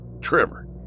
Trevor